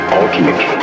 ultimate